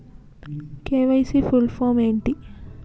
KYC full form ఏంటి?